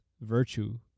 virtue